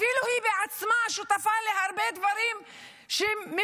אפילו היא בעצמה שותפה להרבה דברים שמבקשים